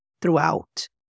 throughout